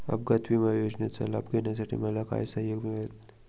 अपघात विमा योजनेचा लाभ घेण्यासाठी मला काय सहाय्य मिळेल?